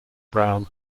brown